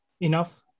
enough